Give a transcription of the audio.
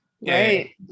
right